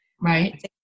Right